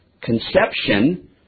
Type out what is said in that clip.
Conception